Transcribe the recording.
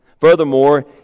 Furthermore